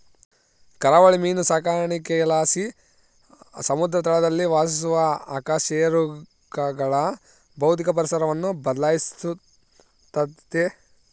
ಕರಾವಳಿ ಮೀನು ಸಾಕಾಣಿಕೆಲಾಸಿ ಸಮುದ್ರ ತಳದಲ್ಲಿ ವಾಸಿಸುವ ಅಕಶೇರುಕಗಳ ಭೌತಿಕ ಪರಿಸರವನ್ನು ಬದ್ಲಾಯಿಸ್ತತೆ